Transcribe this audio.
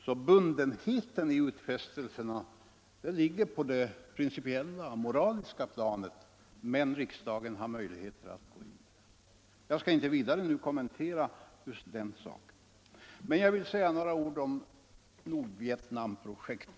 Så bundenheten i utfästelserna ligger på det principiella moraliska planet, men riksdagen har möjligheter att gå in. Jag skall inte nu vidare kommentera just den saken, men jag vill säga några ord om Nordvietnamprojektet.